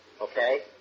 okay